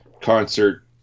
concert